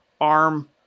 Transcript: arm